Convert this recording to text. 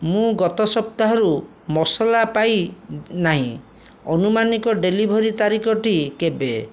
ମୁଁ ଗତ ସପ୍ତାହରୁ ମସଲା ପାଇ ନାହିଁ ଆନୁମାନିକ ଡେଲିଭରି ତାରିଖଟି କେବେ